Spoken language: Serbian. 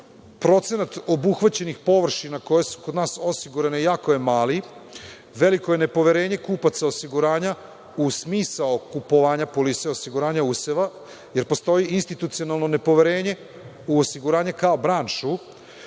procenat obuhvaćenih površina koje su kod nas osigurane jako je mali. Veliko je nepoverenje kupaca osiguranja u smisao kupovanja polise osiguranja useva, jer postoji institucionalno nepoverenje u osiguranje kao branšu,